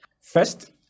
First